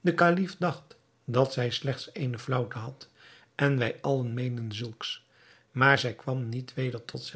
de kalif dacht dat zij slechts eene flaauwte had en wij allen meenden zulks maar zij kwam niet weder tot